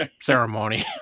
ceremony